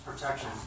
protection